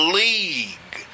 league